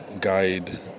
guide